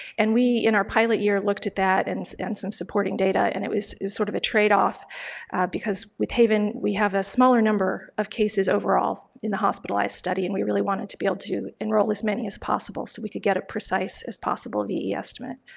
and we in our pilot year looked at that and and some supporting data and it was sort of a tradeoff because with haven we have a smaller number of cases overall in the hospitalized study and we really wanted to be able to enroll as many as possible so we could get a precise as possible ve estimate.